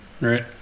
right